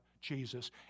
Jesus